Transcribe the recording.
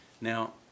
Now